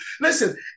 Listen